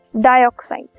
dioxide